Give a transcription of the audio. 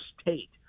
State